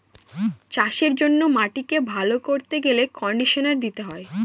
চাষের জন্য মাটিকে ভালো করতে গেলে কন্ডিশনার দিতে হয়